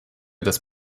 das